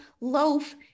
loaf